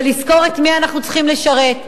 לזכור את מי אנחנו צריכים לשרת,